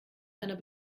einer